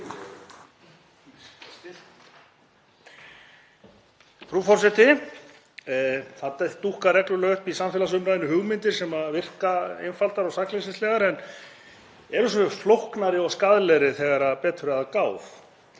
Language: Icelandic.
Það dúkka reglulega upp í samfélagsumræðunni hugmyndir sem virka einfaldar og sakleysislegar en eru svo flóknari og skaðlegri þegar betur er að gáð.